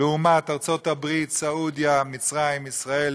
לעומת ארצות הברית, סעודיה, מצרים, ישראל,